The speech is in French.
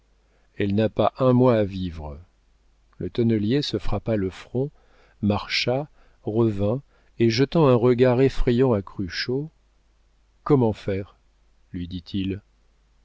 elle n'a pas un mois à vivre le tonnelier se frappa le front marcha revint et jetant un regard effrayant à cruchot comment faire lui dit-il